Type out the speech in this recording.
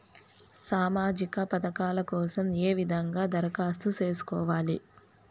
సామాజిక పథకాల కోసం ఏ విధంగా దరఖాస్తు సేసుకోవాలి